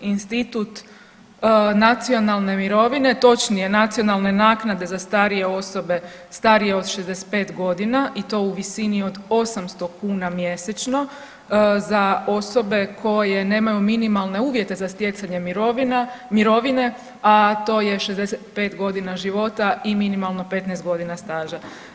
Institut nacionalne mirovine, točnije nacionalne naknade za starije osobe, starije od 65 godina i to u visini od 800 kuna mjesečno za osobe koje nemaju minimalne uvjete za stjecanje mirovina, mirovine, a to je 65 godina života i minimalno 15 godina staža.